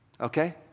okay